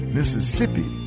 Mississippi